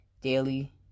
Daily